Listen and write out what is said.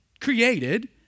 created